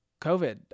COVID